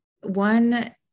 one